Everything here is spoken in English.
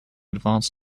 advance